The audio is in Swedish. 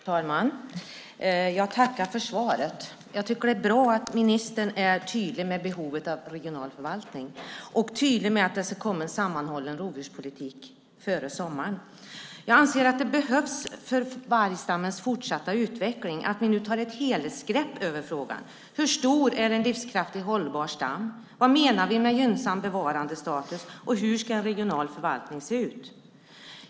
Herr talman! Jag tackar för svaret och tycker att det är bra att ministern är tydlig med behovet av regional förvaltning och med att det ska komma en sammanhållen rovdjurspolitik före sommaren. Jag anser, för vargstammens fortsatta utveckling, att det nu behövs att ni tar ett helhetsgrepp på frågan. Hur stor är en livskraftig och hållbar stam? Vad menar vi med gynnsam bevarandestatus, och hur ska en regional förvaltning se ut?